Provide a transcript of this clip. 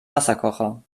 wasserkocher